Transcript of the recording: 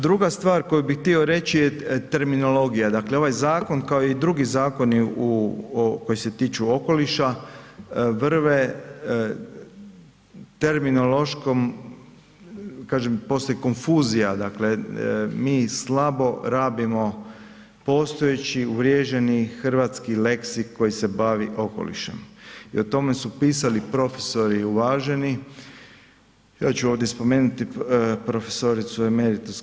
Druga stvar koju bi htio reći je terminologija, dakle ovaj zakon kao i drugi zakoni koji se tiču okoliša, vrve terminološkom kažem postoji konfuzija, dakle mi slabo rabimo postojeći, uvriježeni hrvatski leksik koji se bavi okolišem i o tome su pisali profesori uvaženi, ja ću ovdje spomenuti prof. em.